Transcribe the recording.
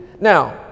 Now